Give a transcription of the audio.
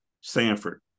Sanford